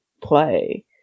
play